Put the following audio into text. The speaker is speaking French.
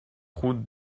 route